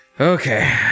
Okay